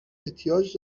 احتیاج